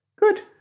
Good